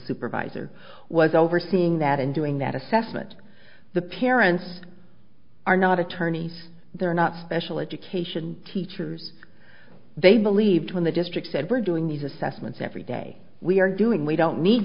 supervisor was overseeing that and doing that assessment the parents are not attorneys they're not special education teachers they believed when the district said we're doing these assessments every day we're doing we don't need